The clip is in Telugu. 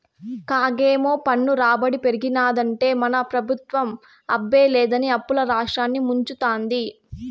కాగేమో పన్ను రాబడి పెరిగినాదంటే మన పెబుత్వం అబ్బే లేదని అప్పుల్ల రాష్ట్రాన్ని ముంచతాంది